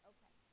Okay